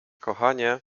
kochanie